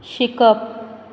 शिकप